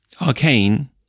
Arcane